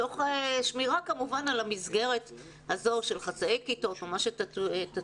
כמובן תוך שמירה על המסגרת הזו של חצאי כיתות או מה שתתוו.